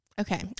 okay